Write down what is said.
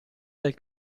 del